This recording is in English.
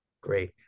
Great